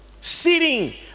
sitting